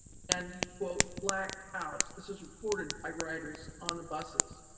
and quote, black cows. this was reported by riders on the buses.